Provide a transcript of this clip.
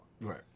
right